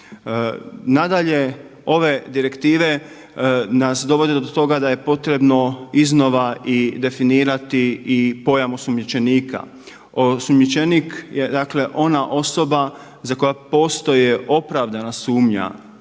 Nadalje, ove direktive nas dovode do toga da je potrebno iznova i definirati i pojam osumnjičenika. Osumnjičenik je dakle ona osoba za koje postoji opravdana sumnja